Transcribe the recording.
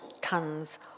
tons